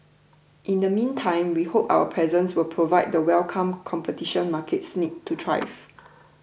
in the meantime we hope our presence will provide the welcome competition markets need to thrive